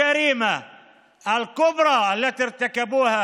היו חיילים שלבושים במדים צבאיים.)